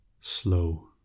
Slow